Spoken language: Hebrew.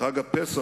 "חג הפסח",